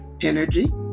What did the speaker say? energy